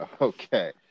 Okay